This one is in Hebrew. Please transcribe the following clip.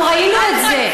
אנחנו ראינו את זה.